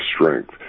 strength